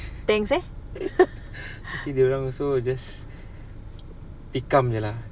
I think dia orang also just tikam jer lah